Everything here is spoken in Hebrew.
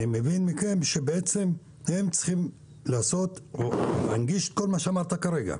אני מבין מכם שלמעשה הם צריכים להנגיש את כל מה שדיברת עליו כרגע.